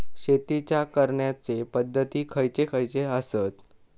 शेतीच्या करण्याचे पध्दती खैचे खैचे आसत?